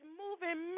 moving